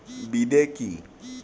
বিদে কি?